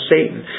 Satan